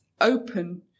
open